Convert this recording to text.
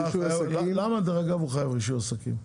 למה בית מרקחת חייב רישוי עסקים?